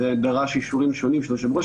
זה דרש אישורים שונים של יושב-ראש